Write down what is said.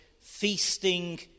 feasting